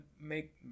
make